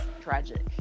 tragic